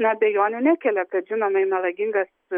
na abejonių nekelia kad žinomai melagingas